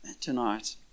tonight